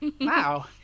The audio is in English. wow